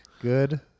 Good